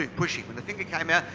pushy. when the finger came out,